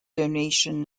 donation